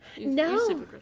No